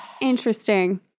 Interesting